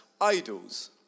idols